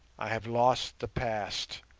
i have lost the past,